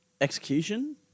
Execution